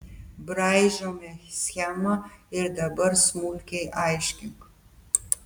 braižome schemą ir dabar smulkiai aiškink